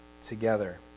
together